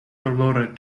dolore